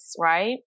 right